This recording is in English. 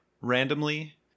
randomly